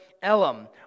Elam